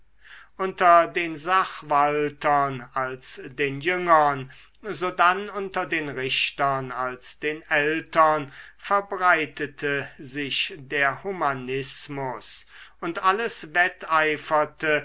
unter den sachwaltern als den jüngern sodann unter den richtern als den ältern verbreitete sich der humanismus und alles wetteiferte